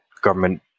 government